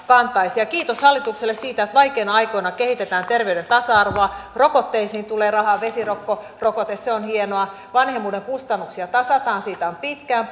kantaisi kiitos hallitukselle siitä että vaikeina aikoina kehitetään terveyden tasa arvoa rokotteisiin tulee rahaa vesirokkorokote se on hienoa vanhemmuuden kustannuksia tasataan siitä ovat pitkään